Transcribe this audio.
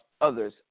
others